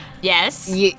yes